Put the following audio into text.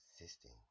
existing